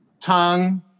tongue